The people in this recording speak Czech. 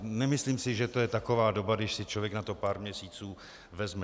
Nemyslím si, že je to taková doba, když si člověk na to pár měsíců vezme.